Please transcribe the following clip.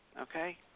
okay